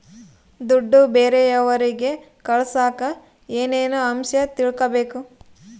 ದುಡ್ಡು ಬೇರೆಯವರಿಗೆ ಕಳಸಾಕ ಏನೇನು ಅಂಶ ತಿಳಕಬೇಕು?